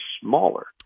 smaller